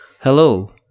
Hello